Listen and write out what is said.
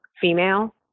female